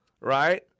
right